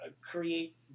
create